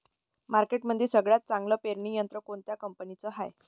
मार्केटमंदी सगळ्यात चांगलं पेरणी यंत्र कोनत्या कंपनीचं हाये?